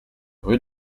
rue